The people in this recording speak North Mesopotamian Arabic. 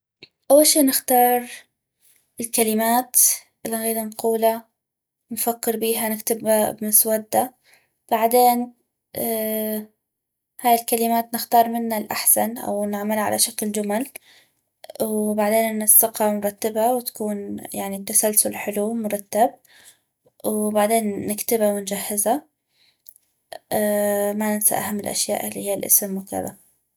اول شي نحتار الكلمات الي نغيد نقولا نفكر بيها نكتب بمسودة بعدين هاي الكلمات نختار منا الأحسن نعملا على شكل جمل وبعدين ننسقا ونرتبا وتكون بتسلسل حلو مرتب وبعدين نكتبا ونجهزا ما ننسى اهم الأشياء الي هي الاسم وكذا